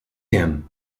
him